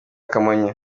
kamonyi